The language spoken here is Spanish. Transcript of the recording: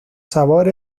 sabor